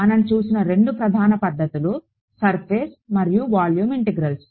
మనం చూసిన రెండు ప్రధాన పద్ధతులు సర్ఫేస్ మరియు వాల్యూమ్ ఇంటిగ్రల్స్